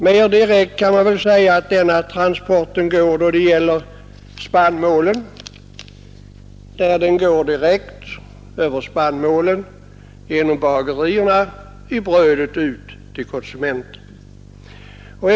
Och man kan säga att den transporten går ännu mer direkt från spannmålen till bagerierna genom brödet ut till konsumenterna.